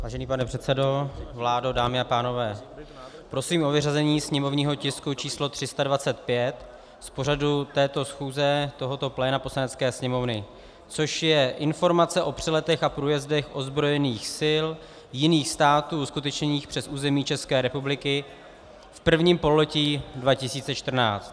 Vážený pane předsedo, vládo, dámy a pánové, prosím o vyřazení sněmovního tisku číslo 325 z pořadu této schůze, tohoto pléna Poslanecké sněmovny, což je Informace o přeletech a průjezdech ozbrojených sil jiných států uskutečněných přes území České republiky v prvním pololetí 2014.